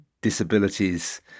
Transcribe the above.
disabilities